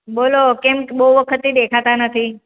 બોલો કેમ બહુ વખતથી દેખાતા નથી